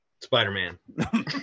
Spider-Man